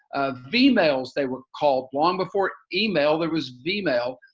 v-mails they were called. long before email, there was v-mail.